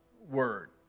word